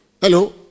hello